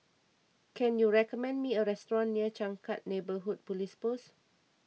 can you recommend me a restaurant near Changkat Neighbourhood Police Post